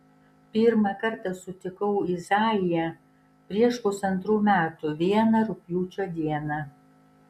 pirmą kartą sutikau izaiją prieš pusantrų metų vieną rugpjūčio dieną